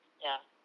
ya